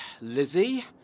Lizzie